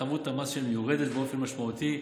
כך חבות המס שלהם יורדת באופן משמעותי.